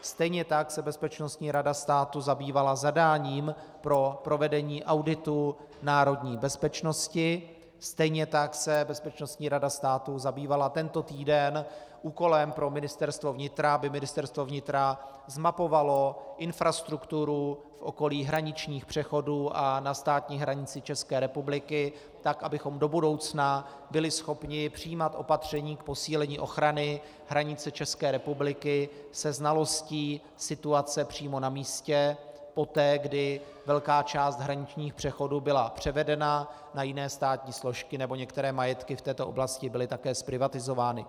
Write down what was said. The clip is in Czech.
Stejně tak se Bezpečnostní rada státu zabývala zadáním pro provedení auditu národní bezpečnosti, stejně tak se Bezpečnostní rada státu zabývala tento týden úkolem pro Ministerstvo vnitra, aby Ministerstvo vnitra zmapovalo infrastrukturu v okolí hraničních přechodů a na státní hranici České republiky tak, abychom do budoucna byli schopni přijímat opatření k posílení ochrany hranice České republiky se znalostí situace přímo na místě poté, kdy velká část hraničních přechodů byla převedena na jiné státní složky nebo některé majetky v této oblasti byly také zprivatizovány.